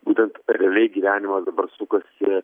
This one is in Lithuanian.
būtent realiai gyvenimas dabar sukasi